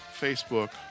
Facebook